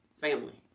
family